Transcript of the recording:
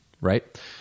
right